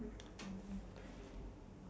settle the things ya